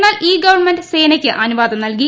എന്നാൽ ഈ ഗവൺമെന്റ് സേനക്ക് അനുവാദംനൽകി